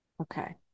Okay